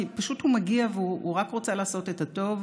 כי הוא פשוט מגיע ורק רוצה לעשות את הטוב.